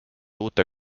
uute